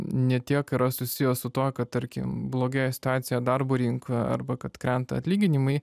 ne tiek yra susijęs su tuo kad tarkim blogėja situacija darbo rinkoj arba kad krenta atlyginimai